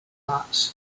platz